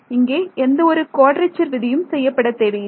இங்கே எந்த ஒரு குவாட்ரெச்சர் விதியும் செய்யப்பட தேவையில்லை